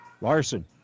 Larson